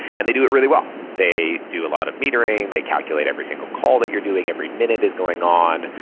and they do it really well. they do a lot of metering. they calculate every single call that you're doing every minute is going on.